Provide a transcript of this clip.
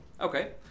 Okay